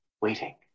waiting